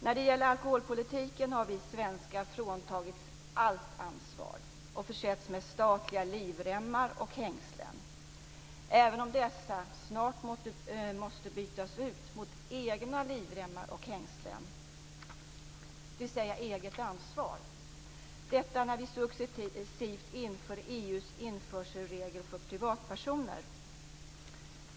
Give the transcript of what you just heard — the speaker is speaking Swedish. När det gäller alkoholpolitiken har vi svenskar fråntagits allt ansvar och försetts med statliga livremmar och hängslen, även om dessa snart måste bytas ut mot egna livremmar och hängslen, dvs. eget ansvar - detta när vi successivt inför EU:s införselregler som gäller för privatpersoner.